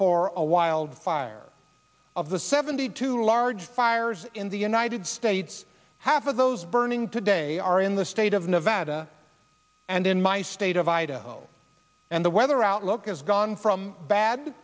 for a wildfire of the seventy two large fires in the united states half of those burning today are in the state of nevada and in my state of idaho and the weather outlook has gone from bad